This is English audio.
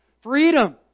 Freedom